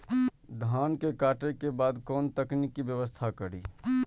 धान के काटे के बाद कोन तकनीकी व्यवस्था करी?